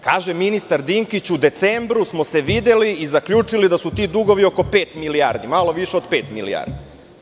Kaže ministar Dinkić u decembru smo se videli i zaključili da su ti dugovi oko pet milijardi, malo više od pet milijardi.